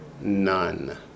None